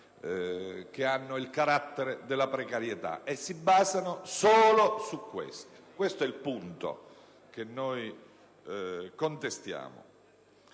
che hanno il carattere della precarietà, e solo su esse. Questo è il punto che contestiamo